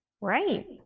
Right